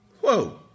Whoa